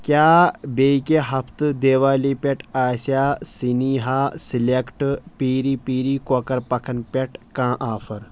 کیٛاہ بیٚکہِ ہفتہٕ دیوالی پٮ۪ٹھ آسیا سنیہا سَلیٚکٹ پیٚری پیٚری کۄکر پکھن پٮ۪ٹھ کانٛہہ آفر ؟